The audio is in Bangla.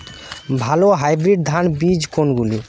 ভালো হাইব্রিড ধান বীজ কোনগুলি?